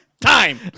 time